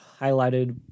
highlighted